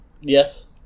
Yes